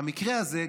במקרה הזה,